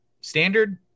Standard